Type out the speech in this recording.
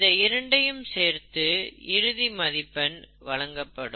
இந்த இரண்டையும் சேர்த்து இறுதி மதிப்பெண் வழங்கப்படும்